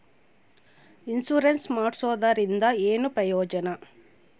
Insurance ಮಾಡ್ಸೋದರಿಂದ ಏನು ಪ್ರಯೋಜನ?